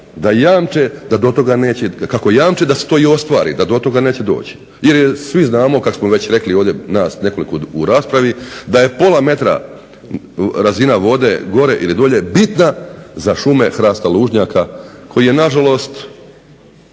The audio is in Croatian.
su priložene uz ovaj projekt kako jamče da se to i ostvari, da do toga neće doći jer svi znamo kada smo već rekli nas nekoliko u raspravi da je pola metra razina vode gore ili dolje bitna za šume hrasta lužnjaka koji je na žalost